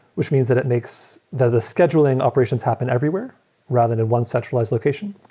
which means that it makes the scheduling operations happen everywhere rather than one centralized location.